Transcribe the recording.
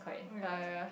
ya ya ya